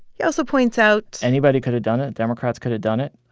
he also points out. anybody could have done it. democrats could have done it.